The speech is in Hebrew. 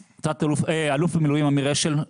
אלוף במילואים אמיר אשל,